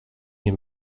nie